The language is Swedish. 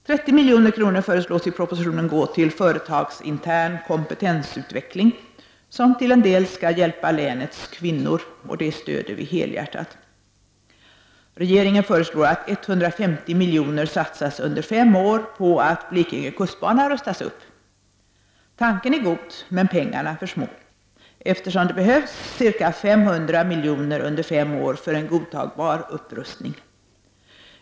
30 milj.kr. föreslås i propositionen gå till företagsintern kompetensutveckling, som till en del skall hjälpa länets kvinnor. Detta stödjer vi helhjärtat. Regeringen föreslår att 150 miljoner satsas under fem år på att Blekinge kustbana rustas upp. Tanken är god men pengarna för små, eftersom det behövs ca 500 miljoner under fem år för en godtagbar upprustning.